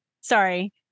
Sorry